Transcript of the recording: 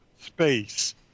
space